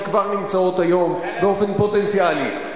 שכבר נמצאות היום באופן פוטנציאלי.